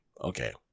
Okay